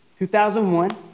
2001